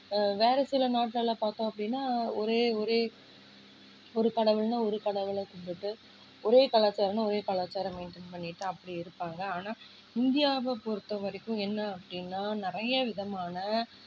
வேறு சில நாட்டுலயெல்லாம் பார்த்தோம் அப்படின்னா ஒரே ஒரே ஒரு கடவுள்னா ஒரு கடவுளை கும்பிட்டு ஒரே கலாச்சாரம்னா ஒரே கலாச்சாரம் மெயின்டெயின் பண்ணிவிட்டு அப்படி இருப்பாங்க ஆனால் இந்தியாவை பொறுத்த வரைக்கும் என்ன அப்படின்னா நிறைய விதமான